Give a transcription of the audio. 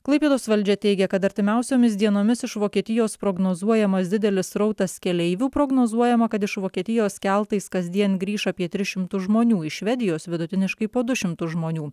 klaipėdos valdžia teigė kad artimiausiomis dienomis iš vokietijos prognozuojamas didelis srautas keleivių prognozuojama kad iš vokietijos keltais kasdien grįš apie tris šimtus žmonių iš švedijos vidutiniškai po du šimtus žmonių